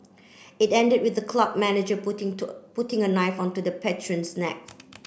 it ended with the club manager putting to putting a knife onto the patron's neck